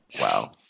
Wow